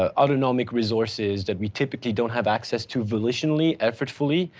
ah autonomic resources that we typically don't have access to volitionally effort fully,